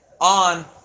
on